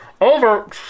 Over